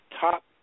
top